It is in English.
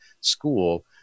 school